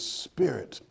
spirit